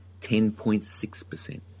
10.6%